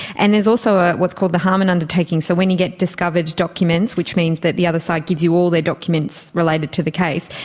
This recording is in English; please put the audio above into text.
and there's also ah what's called the harman undertaking. so when you get discovered documents, which means that the other side gives you all their documents related to the case,